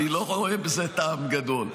אני לא רואה בזה טעם גדול,